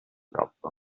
troppo